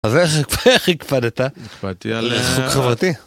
אז איך היא הקפדת? הקפדתי על ריחוק חברתי.